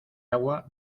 agua